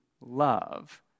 love